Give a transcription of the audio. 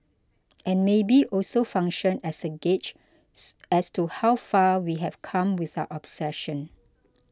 and maybe also function as a gauge as to how far we have come with our obsession